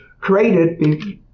created